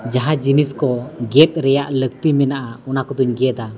ᱡᱟᱦᱟᱸ ᱡᱤᱱᱤᱥᱠᱚ ᱜᱮᱫ ᱨᱮᱭᱟᱜ ᱞᱟᱠᱛᱤ ᱢᱮᱱᱟᱜᱼᱟ ᱚᱱᱟ ᱠᱚᱫᱚᱧ ᱜᱮᱫᱟ